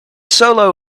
solo